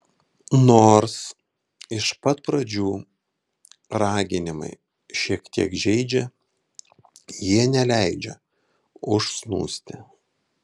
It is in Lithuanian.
nors iš pat pradžių raginimai šiek tiek žeidžia jie neleidžia užsnūsti